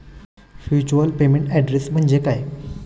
Virtual payment address म्हणजे काय?